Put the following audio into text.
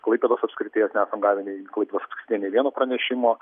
klaipėdos apskrities nesam gavę nei klaipėdos krašte nė vieno pranešimo